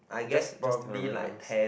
just just the random